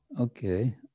okay